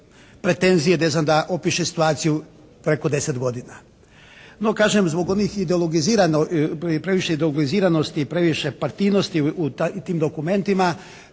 ne znam, da opiše situaciju preko 10 godina. No kažem zbog onih ideologizirano i previše ideologiziranosti i previše partijnosti u tim dokumentima